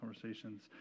conversations